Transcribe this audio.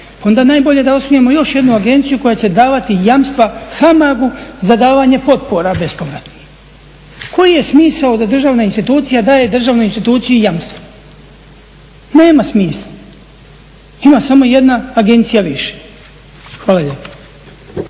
onda najbolje da osnujemo još jednu agenciju koja će davati jamstva HAMAG-u za davanje potpora bespovratnih. Koji je smisao da državna institucija da daje državnoj instituciji jamstvo? Nema smisla. Ima samo jedna agencija više. Hvala lijepo.